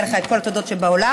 מגיעות לך כל התודות שבעולם.